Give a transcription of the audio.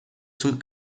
zum